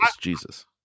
Jesus